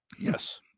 Yes